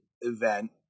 event